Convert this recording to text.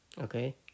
Okay